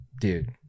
dude